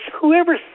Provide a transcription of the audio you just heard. whoever